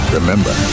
Remember